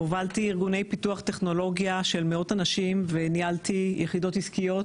הובלתי ארגוני פיתוח טכנולוגיה של מאות אנשים וניהלתי יחידות עסקיות